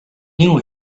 knew